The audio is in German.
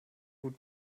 gut